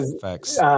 Facts